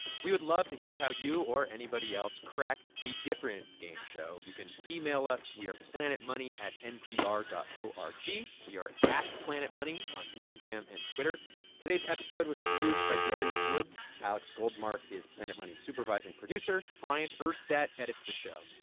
we would love to hear how you or anybody else cracked a different game show. you can email us. we are planetmoney at npr dot o r g. we are at planetmoney on instagram and twitter today's episode was produced by darian woods. alex goldmark is planet money's supervising producer. bryant urstadt edits the show.